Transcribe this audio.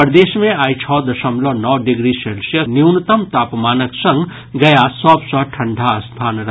प्रदेश मे आइ छओ दशमलव नओ डिग्री सेल्सियस न्यूनतम तापमानक संग गया सभ सँ ठंढा स्थान रहल